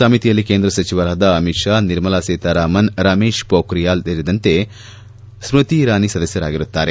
ಸಮಿತಿಯಲ್ಲಿ ಕೇಂದ್ರ ಸಚಿವರಾದ ಅಮಿತ್ ಷಾ ನಿರ್ಮಲಾ ಸೀತಾರಾಮನ್ ರಮೇಶ್ ಮೋಖ್ರಿಯಾಲ್ ನಿಶಾಂಕ್ ಹಾಗೂ ಸ್ನತಿ ಇರಾನಿ ಸದಸ್ನರಾಗಿರುತ್ತಾರೆ